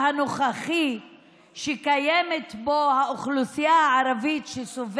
של נעליך מעל רגליך כשאתה פונה לאורית סטרוק,